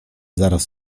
zaraz